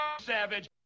Savage